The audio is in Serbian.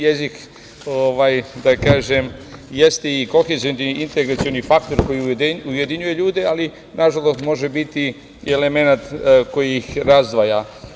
Jezik, da kažem, jeste i kohezioni integracioni faktor koji ujedinjuje ljude, ali nažalost može biti i elemenat koji ih razdvaja.